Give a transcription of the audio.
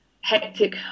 hectic